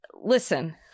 listen